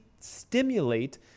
stimulate